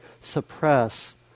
suppress